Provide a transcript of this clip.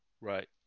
Right